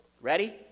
Ready